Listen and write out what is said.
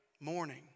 morning